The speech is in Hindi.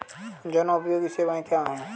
जनोपयोगी सेवाएँ क्या हैं?